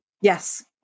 Yes